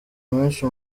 menshi